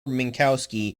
minkowski